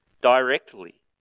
directly